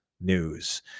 News